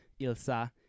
ilsa